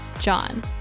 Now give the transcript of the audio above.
John